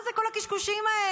מה זה כל הקשקושים האלה?